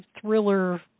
thriller